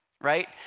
right